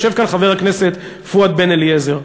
יושב פה חבר הכנסת פואד בן-אליעזר,